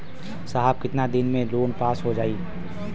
साहब कितना दिन में लोन पास हो जाई?